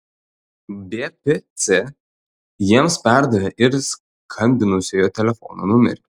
bpc jiems perdavė ir skambinusiojo telefono numerį